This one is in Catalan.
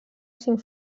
cinc